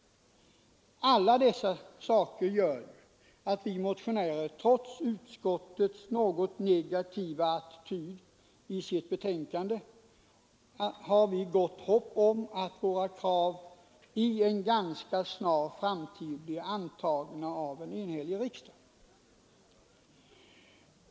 Allt detta gör att vi motionärer trots utskottets något negativa attityd i betänkandet har gott hopp om att våra krav i en ganska snar framtid blir antagna av en enhällig riksdag.